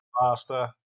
faster